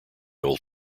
old